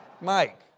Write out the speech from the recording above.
Mike